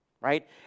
Right